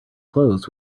clothes